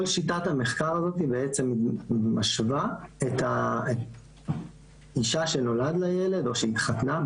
כל שיטת המחקר בעצם משווה את האישה שנולד לה ילד או שהתחתנה,